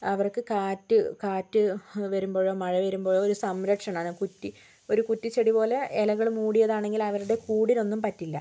അവർക്ക് കാറ്റ് കാറ്റ് വരുമ്പോഴോ മഴ വരുമ്പോഴോ ഒരു സംരക്ഷണം ആണ് കുറ്റി ഒരു കുറ്റിച്ചെടി പോലെ ഇലകൾ മൂടിയത് ആണെങ്കിൽ അവരുടെ കൂടിന് ഒന്നും പറ്റില്ല